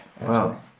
Wow